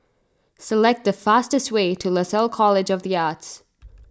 select the fastest way to Lasalle College of the Arts